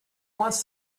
wants